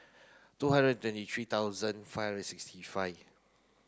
two hundred twenty three thousand five hundred sixty five